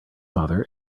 father